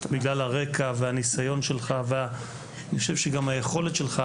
בגלל הרקע והניסיון שלך ואני חושב שגם היכולת שלך,